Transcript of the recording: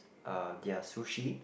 uh their sushi